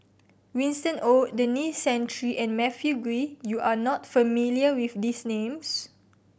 Winston Oh Denis Santry and Matthew Ngui you are not familiar with these names